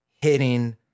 hitting